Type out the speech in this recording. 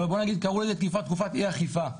אז קראו לזה 'תקופת אי אכיפה',